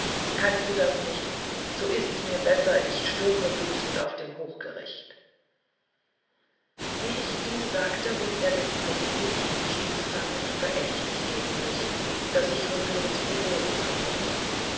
kannst du das nicht so ist mir's besser ich sterbe büßend auf dem hochgericht wie ich dies sagte hob er den klumpfuß und stieß damit verächtlich gegen mich daß ich rücklings zu boden taumelte